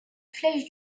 flèche